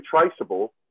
traceable